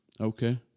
Okay